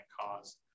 cause